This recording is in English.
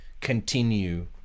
continue